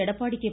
Edappadi K